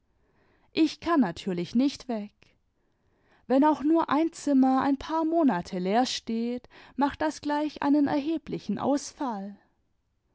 ich kann natürlich nicht weg wenn auch nur ein zimmer ein paar monate leer steht macht das gleich einen erheblichen ausfall